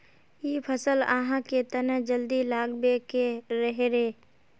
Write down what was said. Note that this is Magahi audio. इ फसल आहाँ के तने जल्दी लागबे के रहे रे?